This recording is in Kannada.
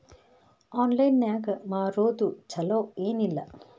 ಆನ್ಲೈನ್ ನಾಗ್ ಮಾರೋದು ಛಲೋ ಏನ್ ಇಲ್ಲ?